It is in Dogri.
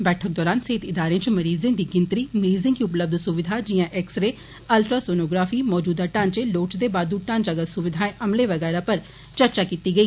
बैठक दौरान सेहत इदारें च मरीजें दी गिनतरी मरीजें गी उपलब्य सुविघा जियां एक्स रे अर्ल्ट्रा सोनोग्राफी मौजूदा ढांचा लोड़चदी बादू ढांचागत सुविघा अमला बगैह्रा बारै चर्चा कीती गेई